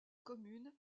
commune